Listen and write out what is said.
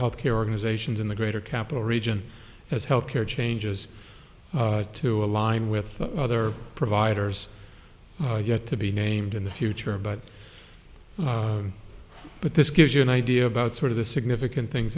health care organizations in the greater capital region as health care changes to align with other providers yet to be named in the future but but this gives you an idea about sort of the significant things